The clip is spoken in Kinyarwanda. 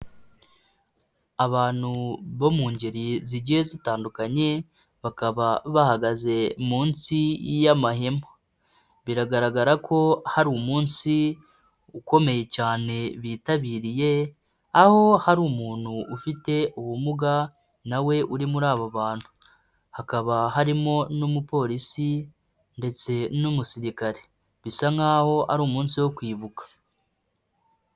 Abantu bo mu ngeri zigiye zitandukanye, bakaba bahagaze munsi y'amahema, biragaragara ko hari umunsi ukomeye cyane bitabiriye, aho hari umuntu ufite ubumuga na we uri muri aba bantu, hakaba harimo n'umupolisi ndetse n'umusirikare, bisa nk'aho ari umunsi wo kwibuka.